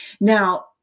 Now